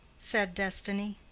said destiny.